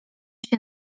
się